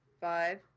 five